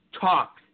talk